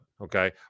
okay